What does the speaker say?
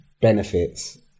benefits